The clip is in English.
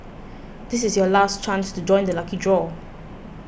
this is your last chance to join the lucky draw